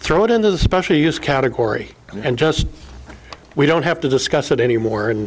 throw it into the special use category and just we don't have to discuss it anymore and